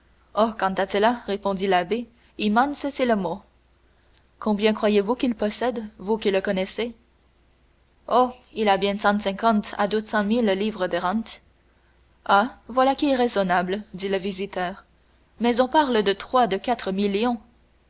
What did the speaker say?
quant à cela répondit l'abbé immenses c'est le mot combien croyez-vous qu'il possède vous qui le connaissez oh il a bien cent cinquante à deux cent mille livres de rente ah voilà qui est raisonnable dit le visiteur mais on parle de trois de quatre